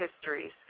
histories